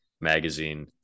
magazine